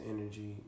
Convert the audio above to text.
energy